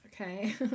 okay